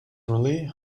lee